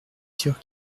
sûr